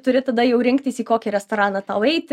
turi tada jau rinktis į kokį restoraną tau eiti